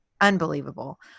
Unbelievable